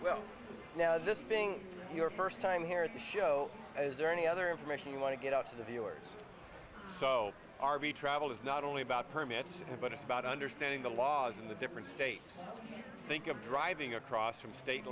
well now this being your first time here at the show is there any other information you want to get out to the viewers so r v travel is not only about permits but it's about understanding the laws in the different states think of driving across from state